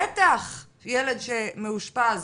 בטח ילד שמאושפז